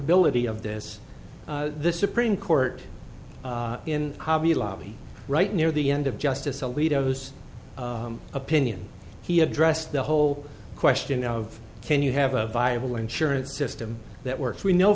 bility of this the supreme court in the lobby right near the end of justice alito those opinion he addressed the whole question of can you have a viable insurance system that works we know